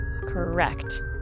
correct